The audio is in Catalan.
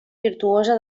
virtuosa